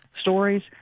stories